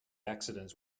accidents